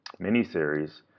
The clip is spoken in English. miniseries